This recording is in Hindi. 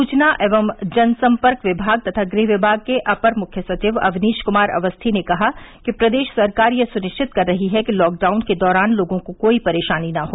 सूचना एवं जनसंपर्क विभाग तथा गृह विभाग के अपर मुख्य सचिव अवनीश क्मार अवस्थी ने कहा कि प्रदेश सरकार यह सुनिश्चित कर रही है कि लॉकडाउन के दौरान लोगों को कोई परेशानी न हो